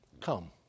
come